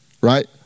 Right